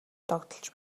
догдолж